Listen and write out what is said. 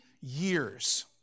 years